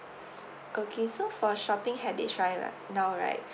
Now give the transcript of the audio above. okay so for shopping habits right like now right